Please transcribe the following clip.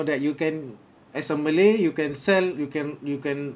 that you can as a malay you can sell you can you can